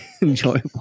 enjoy